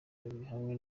bihabanye